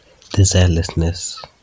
desirelessness